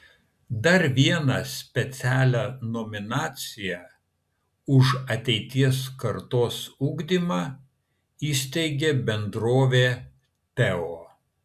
dar vieną specialią nominaciją už ateities kartos ugdymą įsteigė bendrovė teo